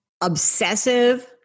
obsessive